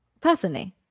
personally